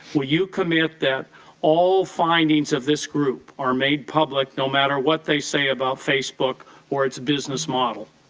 will you commit that all findings of this group are made public no matter what they say about facebook or its business model,